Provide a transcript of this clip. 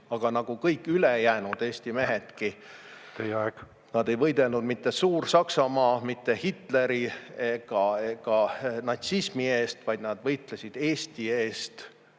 Aga nagu kõik ülejäänud Eesti mehedki … Teie aeg! … nad ei võidelnud mitte Suur-Saksamaa, Hitleri ega natsismi eest, vaid nad võitlesid Eesti eest.